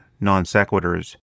non-sequiturs